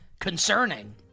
concerning